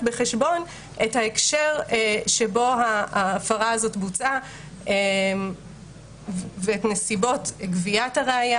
בחשבון את ההקשר שבו ההפרה הזאת בוצעה ואת נסיבות גביית הראיה